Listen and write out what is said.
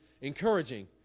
encouraging